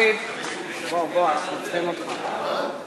אם רוצים לדחות, אז תשובה והצבעה במועד אחר.